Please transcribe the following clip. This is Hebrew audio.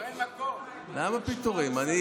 יואב, זה פיטורים, למה פיטורים?